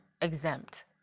exempt